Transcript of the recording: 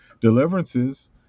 deliverances